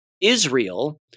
Israel